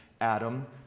Adam